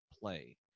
play